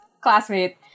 classmate